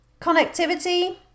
Connectivity